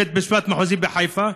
בית-משפט מחוזי בחיפה,